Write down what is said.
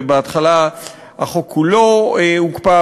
ובהתחלה החוק כולו הוקפא,